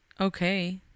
okay